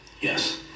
yes